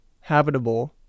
habitable